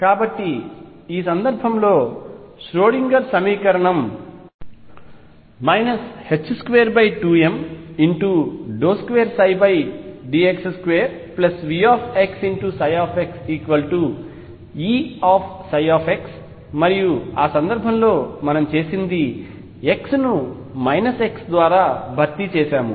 కాబట్టి ఈ సందర్భంలో ష్రోడింగర్ సమీకరణం 22md2dx2VxxEψx మరియు ఆ సందర్భంలో మనం చేసినది x ను x ద్వారా భర్తీ చేసాము